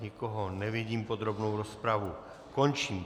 Nikoho nevidím, podrobnou rozpravu končím.